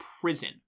prison